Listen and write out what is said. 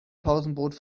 pausenbrot